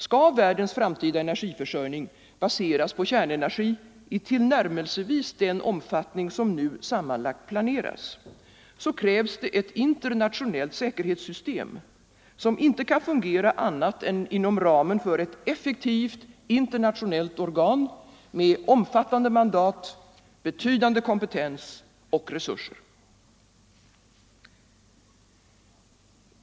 Skall världens framtida energiförsörjning baseras på kärnenergi i tillnärmelsevis den omfattning som nu sammanlagt planeras, krävs ett internationellt säkerhetssystem, som inte kan fungera annat än inom ramen för ett effektivt internationellt organ med omfattande mandat, betydande kompetens och resurser.